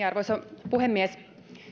arvoisa puhemies